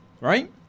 right